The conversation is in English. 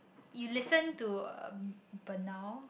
you listen to a benile